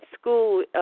school